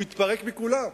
הוא התפרק מכולם.